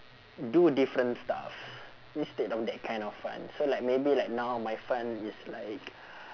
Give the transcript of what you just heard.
do different stuff instead of that kind of fun so like maybe like now my fun is like